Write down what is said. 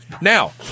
Now